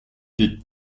des